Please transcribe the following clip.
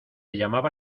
llamaba